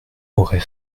aurait